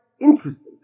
interesting